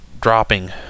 dropping